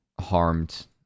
harmed